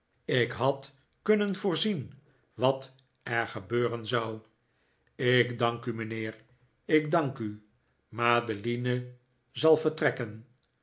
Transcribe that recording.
ik had kunnen voorzien wat er gebeuren zou ik dank u mijnheer ik dank u madeline zal vertrekken